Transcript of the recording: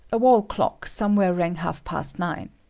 a wall clock somewhere rang half past nine.